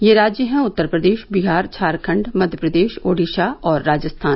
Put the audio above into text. ये राज्य हैं उत्तर प्रदेश बिहार झारखंड मध्य प्रदेश ओडिशा और राजस्थान